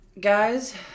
guys